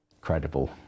credible